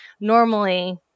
normally